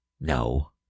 No